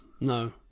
No